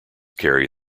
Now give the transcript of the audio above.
carry